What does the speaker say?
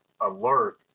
alert